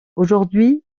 aujourd’hui